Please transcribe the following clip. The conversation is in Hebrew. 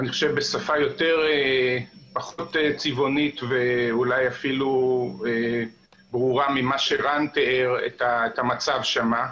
אני חושב בשפה פחות צבעונית ואולי אפילו ברורה ממה שרן תיאר את המצב שם.